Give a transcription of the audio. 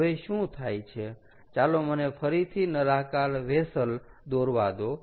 હવે શું થાય છે ચાલો મને ફરીથી નળાકાર વેસલ દોરવા દો